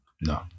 No